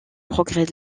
progrès